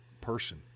person